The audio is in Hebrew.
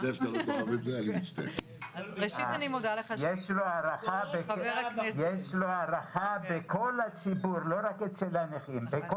יש לו הערכה בכל הציבור ולא רק אצל הנכים.